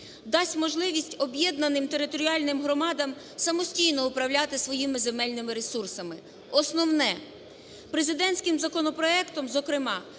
дасть можливість об'єднаним територіальним громадам самостійно управляти своїми земельними ресурсами. Основне, президентським законопроектом зокрема